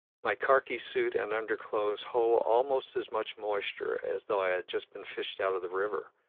my karki suit and underclothes hold almost as much moisture as though i had just been fished out of the river,